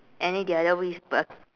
and then the other with a